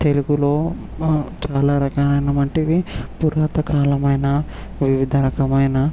తెలుగులో చాలా రకాలైన వంటివి పురాతన కాలమైన వివిధ రకమైన